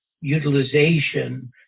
utilization